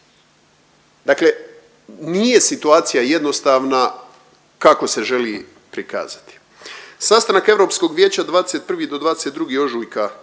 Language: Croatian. Dakle, nije situacija jednostavna kako se želi prikazati. Sastanak Europskog vijeća 21. do 22. ožujka